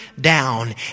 down